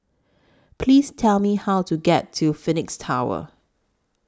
Please Tell Me How to get to Phoenix Tower